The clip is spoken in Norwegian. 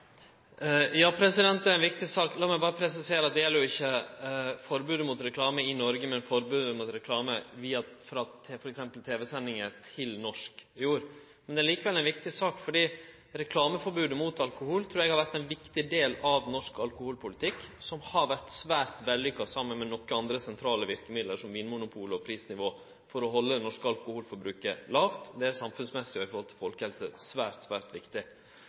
Ja, det er ei viktig sak. Lat meg berre presisere at dette gjeld ikkje forbod mot reklame i Noreg, men forbod mot reklame via f.eks. tv-sendingar til norsk jord. Det er likevel ei viktig sak, fordi reklameforbodet mot alkohol trur eg har vore ein viktig del av norsk alkoholpolitikk som har vore svært vellykka, saman med andre sentrale verkemiddel som Vinmonopolet og prisnivået, for å halde det norske alkoholforbruket lågt. Det er svært, svært viktig både samfunnsmessig og